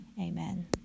amen